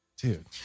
dude